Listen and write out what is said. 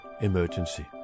emergency